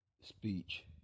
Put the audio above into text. speech